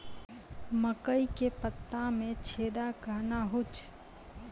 मकई के पत्ता मे छेदा कहना हु छ?